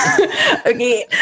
Okay